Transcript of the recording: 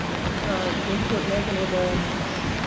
concurrent input mechanisms.